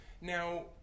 Now